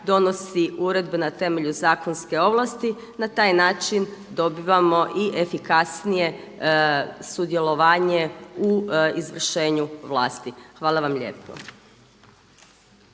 donosi uredbe na temelju zakonske ovlasti i na taj način dobivamo i efikasnije sudjelovanje u izvršenju vlasti. Hvala vam lijepo.